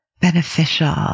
beneficial